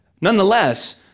Nonetheless